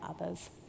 others